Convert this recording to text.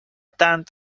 tant